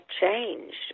changed